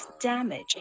damage